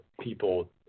people